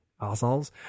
assholes